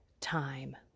time